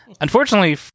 Unfortunately